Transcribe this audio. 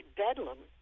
bedlam